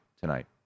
tonight